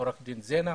עורך דין זנה,